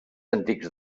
antics